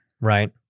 Right